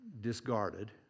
discarded